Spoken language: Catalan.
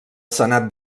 senat